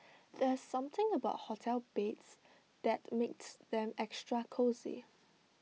there's something about hotel beds that makes them extra cosy